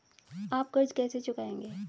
आप कर्ज कैसे चुकाएंगे?